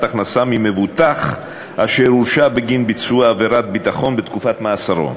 הכנסה ממבוטח אשר הורשע בגין ביצוע עבירת ביטחון בתקופת מאסרו,